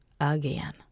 again